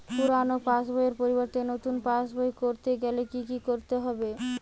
পুরানো পাশবইয়ের পরিবর্তে নতুন পাশবই ক রতে গেলে কি কি করতে হবে?